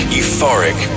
euphoric